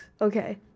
Okay